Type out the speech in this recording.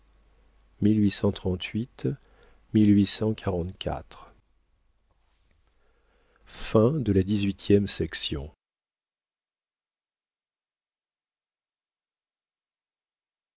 ernest de la brière